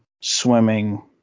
swimming